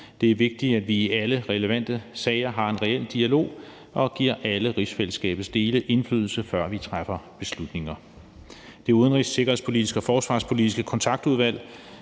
Det er vigtigt, at vi i alle relevante sager har en reel dialog og giver alle rigsfællesskabets dele indflydelse, før vi træffer beslutninger. Det Udenrigs-, Sikkerheds- og Forsvarspolitiske Kontaktudvalg